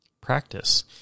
practice